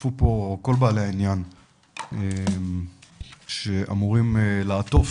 השתתפו פה כל בעלי העניין שאמורים לעטוף